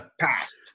Passed